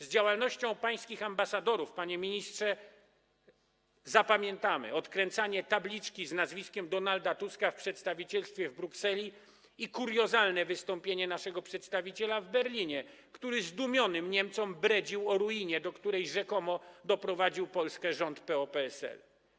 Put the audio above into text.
Z działalności pańskich ambasadorów zapamiętamy odkręcenie tabliczki z nazwiskiem Donalda Tuska w przedstawicielstwie w Brukseli i kuriozalne wystąpienie naszego przedstawiciela w Berlinie, który zdumionym Niemcom bredził o ruinie, do której rzekomo doprowadził Polskę rząd PO-PSL.